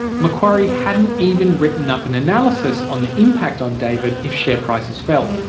macquarie hadn't even written up an analysis on the impact on david if share prices fell.